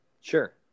Sure